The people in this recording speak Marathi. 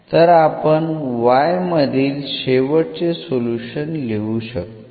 तर आपण y मधील शेवटचे सोल्युशन लिहू शकतो